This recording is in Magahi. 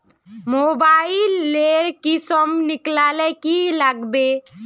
मोबाईल लेर किसम निकलाले की लागबे?